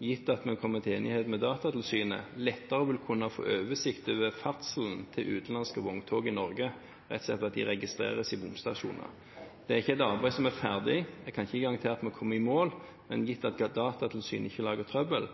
gitt at vi kommer til enighet med Datatilsynet, lettere vil kunne få oversikt over ferdselen til utenlandske vogntog i Norge, rett og slett ved at de registreres i bomstasjoner. Det er ikke et arbeid som er ferdig, jeg kan ikke garantere at vi kommer i mål, men gitt at Datatilsynet ikke lager trøbbel,